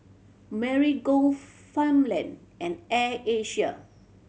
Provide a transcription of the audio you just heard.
Marigold Farmland and Air Asia